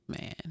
Man